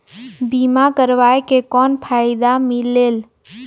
बीमा करवाय के कौन फाइदा मिलेल?